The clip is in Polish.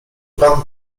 pan